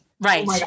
Right